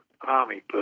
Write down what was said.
army